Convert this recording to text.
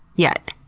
yet.